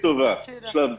טובה למדי בשלב זה.